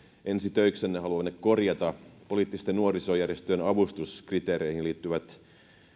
ensi töiksenne haluavanne korjata poliittisten nuorisojärjestöjen avustuskriteereihin liittyvät